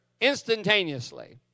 instantaneously